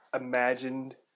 imagined